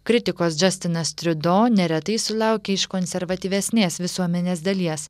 kritikos džastinas triudo neretai sulaukia iš konservatyvesnės visuomenės dalies